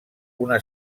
una